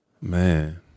man